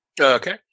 Okay